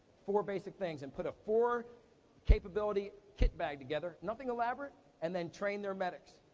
four basic things, and put a four capability kit bag together, nothing elaborate, and then trained their medics.